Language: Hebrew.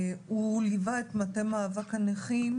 הוא ליווה את מטה מאבק הנכים.